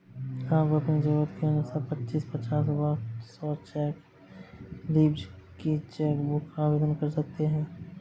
आप अपनी जरूरत के अनुसार पच्चीस, पचास व सौ चेक लीव्ज की चेक बुक आवेदन कर सकते हैं